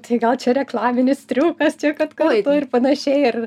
tai gal čia reklaminis triukas čia kad kartu ir panašiai ar